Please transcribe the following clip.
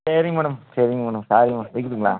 சரிங்க மேடம் சரிங்க மேடம் சாரிங்க மேடம் வைக்கிட்டுங்களா